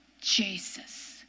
Jesus